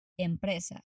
Empresa